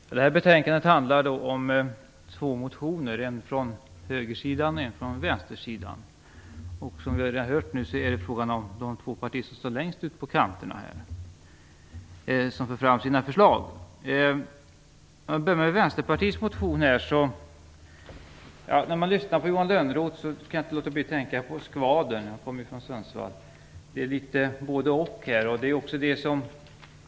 Herr talman! I detta betänkande behandlas två motioner, en från högersidan och en från vänstersidan. Som vi redan har hört är det de partier som står längst ute på kanterna som i motionerna för fram sina förslag. För att börja med Vänsterpartiets motion vill jag säga att jag när jag hör Johan Lönnroth kommer att tänka på skvadern - jag kommer ju från Sundsvall. Det är litet av både-och.